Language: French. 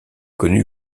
connu